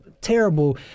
terrible